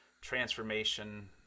Transformation